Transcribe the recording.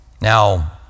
Now